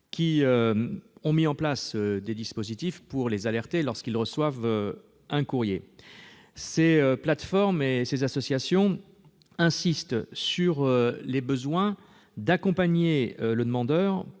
qui ont mis en place des dispositifs pour les alerter lorsqu'ils reçoivent un courrier. Ces plateformes et ces associations insistent sur la nécessité d'accompagner le demandeur